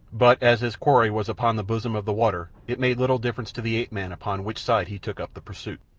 but as his quarry was upon the bosom of the water it made little difference to the ape-man upon which side he took up the pursuit.